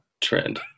trend